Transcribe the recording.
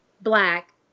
black